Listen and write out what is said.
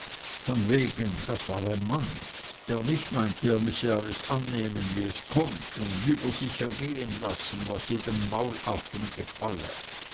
von wegen das war ein mann der nicht meinte er müsse alles annehmen wie es kommt und über sich ergehen lassen was jedem maulaffen gefalle